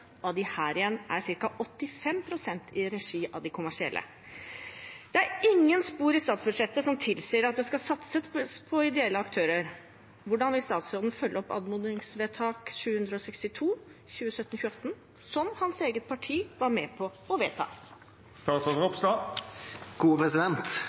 Av disse igjen er ca. 85 pst. i regi av de kommersielle. Det er ingen spor i statsbudsjettet som tilsier at det skal satses på ideelle aktører. Hvordan vil statsråden følge opp anmodningsvedtak 762 , som hans eget parti var med på å